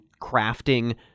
crafting